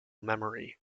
memory